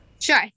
sure